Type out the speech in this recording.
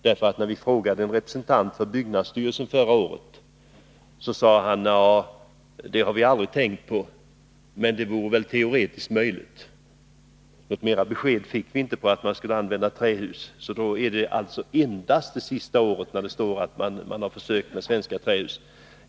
När vi förra året frågade en representant för byggnadsstyrelsen, sade han: Det har vi aldrig tänkt på, men det vore väl teoretiskt möjligt. Något annat besked fick vi inte då, så det är alltså endast det senaste året som avses när det står att man har övervägt möjligheterna.